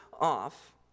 off